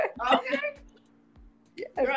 Okay